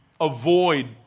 avoid